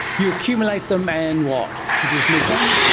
you accumulate them and what, produce methane?